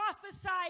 prophesied